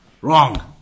wrong